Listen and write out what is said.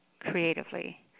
Creatively